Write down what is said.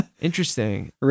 interesting